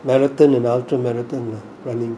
marathon an ultra marathon lah running